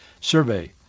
survey